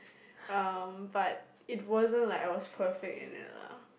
um but it wasn't like I was perfect in it lah